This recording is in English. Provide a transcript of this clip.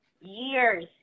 years